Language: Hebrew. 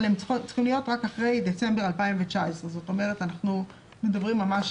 אבל הם צריכים להיות רק אחרי דצמבר 2019. אנחנו מדברים או